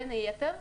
בין היתר,